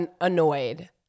annoyed